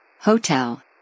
Hotel